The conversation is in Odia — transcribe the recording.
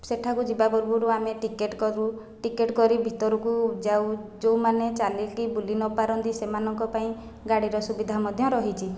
ସେଠାକୁ ଯିବା ପୂର୍ବୁରୁ ଆମେ ଟିକେଟ୍ କରୁ ଟିକେଟ୍ କରି ଭିତରକୁ ଯାଉ ଯେଉଁମାନେ ଚାଲିକି ବୁଲି ନପାରନ୍ତି ସେମାନଙ୍କ ପାଇଁ ଗାଡ଼ିର ସୁବିଧା ମଧ୍ୟ ରହିଛି